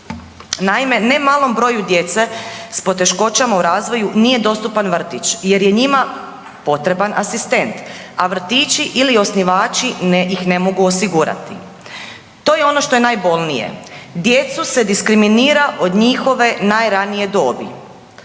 Naime, ne malom broju djece s poteškoćama u razvoju nije dostupan vrtić jer je njima potreban asistent, a vrtići ili osnivači ih ne mogu osigurati. To je ono što je najbolnije, djecu se diskriminira od njihove najranije dobi.